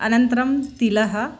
अनन्तरं तिलः